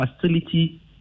facility